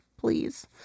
Please